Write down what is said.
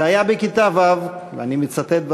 "זה היה בכיתה ו'" ואני מצטט,